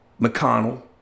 McConnell